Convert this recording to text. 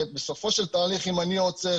שבסופו של דבר אם אני עוצר,